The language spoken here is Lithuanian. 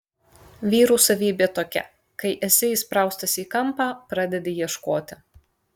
vyrų savybė tokia kai esi įspraustas į kampą pradedi ieškoti